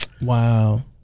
Wow